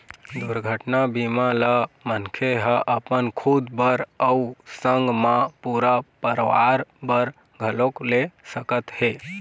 दुरघटना बीमा ल मनखे ह अपन खुद बर अउ संग मा पूरा परवार बर घलोक ले सकत हे